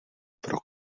pro